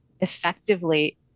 effectively